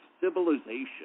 Civilization